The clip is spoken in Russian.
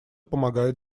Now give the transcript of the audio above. помогает